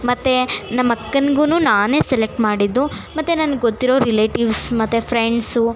ಮತ್ತು ನಮ್ಮ ಅಕ್ಕನಿಗೂ ನಾನೇ ಸೆಲೆಕ್ಟ್ ಮಾಡಿದ್ದು ಮತ್ತು ನನ್ನ ಗೊತ್ತಿರೊ ರಿಲೆಟೀವ್ಸ್ ಮತ್ತು ಫ್ರೆಂಡ್ಸು